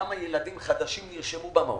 כמה ילדים חדשים נרשמו במעון.